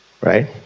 right